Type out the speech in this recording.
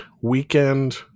weekend